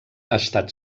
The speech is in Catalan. estat